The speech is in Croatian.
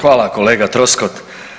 Hvala kolega Troskot.